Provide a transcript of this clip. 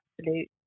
absolute